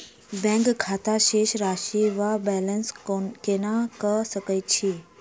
Bank खाता शेष राशि वा बैलेंस केना कऽ सकय छी?